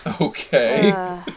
Okay